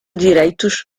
direitos